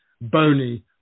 bony